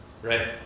right